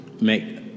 make